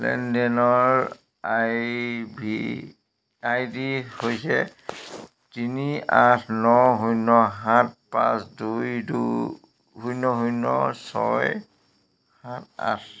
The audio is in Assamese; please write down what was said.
লেনদেনৰ আই ভি আই ডি হৈছে তিনি আঠ ন শূন্য সাত পাঁচ দুই দু শূন্য শূন্য ছয় সাত আঠ